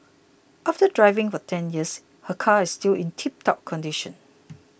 after driving for ten years her car is still in tiptop condition